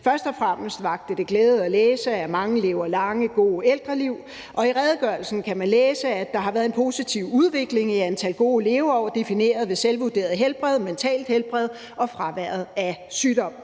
Først og fremmest vakte det glæde at læse, at mange lever lange, gode ældreliv. Og i redegørelsen kan man læse, at der har været en positiv udvikling i antal gode leveår defineret ved selvvurderet helbred, mentalt helbred og fraværet af sygdom.